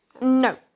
No